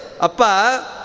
Apa